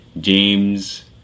James